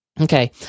Okay